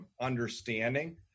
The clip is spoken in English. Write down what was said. understanding